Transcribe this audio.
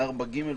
(ג).